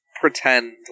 pretend